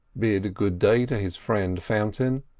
bid good-day to his friend fountain,